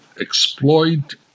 exploit